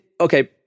Okay